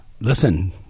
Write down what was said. listen